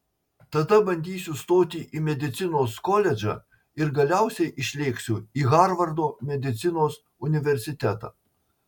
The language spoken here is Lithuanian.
tada bandysiu stoti į medicinos koledžą ir galiausiai išlėksiu į harvardo medicinos universitetą